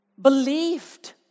believed